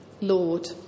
Lord